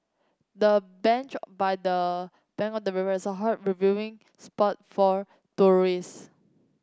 the bench by the bank of the river is a hot reviewing spot for tourists